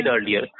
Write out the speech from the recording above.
earlier